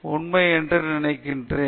உண்மை என்று நான் நினைக்கிறேன்